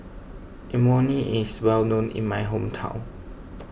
Imoni is well known in my hometown